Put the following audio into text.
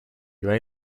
your